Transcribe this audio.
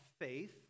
faith